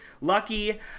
Lucky